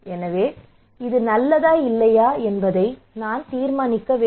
எனவே இது நல்லதா இல்லையா என்பதை நான் தீர்மானிக்க வேண்டும்